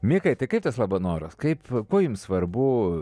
mikai tai kaip tas labanoras kaip kuo jums svarbu